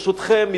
ברשותכם,